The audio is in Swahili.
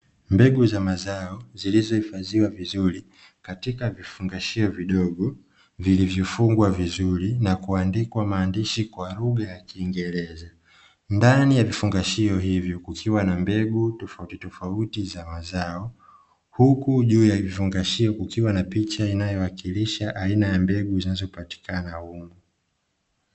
Mbegu za mazao zilizohifadhiwa vizuri katika vifungashio vidogo vilivyofungwa vizuri na kuandikwa maandishi kwa lugha ya kiingereza, ndani ya vifungashio hivyo kukiwa na mbegu tofauti tofauti za mazao huku juu ya vifungashio kukiwa na picha inayowakilisha aina ya mbegu zinazopatikana humo.